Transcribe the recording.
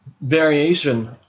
variation